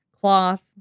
cloth